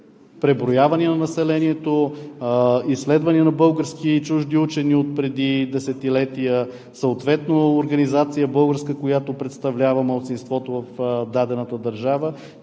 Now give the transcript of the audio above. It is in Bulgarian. преброявания на населението, изследвания на български и чужди учени отпреди десетилетия, съответно българска организация, която представлява малцинството в дадената държава,